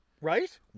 Right